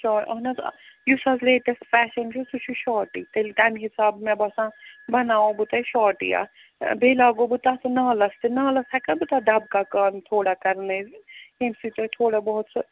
short اہن حظ آ یُس آز لیٚٹیٚسٹ فیشَن چھُ سُہ چھُ شارٹٕے تیٚلہِ تَمہِ حسابہٕ مےٚ باسان بناوو تۄہہِ اتھ شارٹٕے بیٚیہِ لاگو بہٕ تتھ نالَس تہِ نالَس ہیٚکا بہٕ تتھ دَبکا کامہ کام تھوڑا کرنٲوِتھ ییٚمہِ سۭتۍ یِہوٚے تھوڑا بہت سُہ